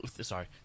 sorry